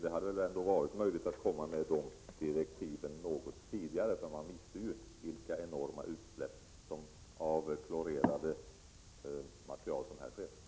Det torde ha varit möjligt att utfärda dessa direktiv något tidigare, när man visste vilka enorma utsläpp av klorerade ämnen som det är fråga om.